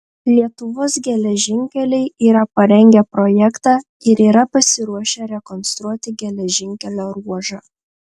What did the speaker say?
lietuvos geležinkeliai yra parengę projektą ir yra pasiruošę rekonstruoti geležinkelio ruožą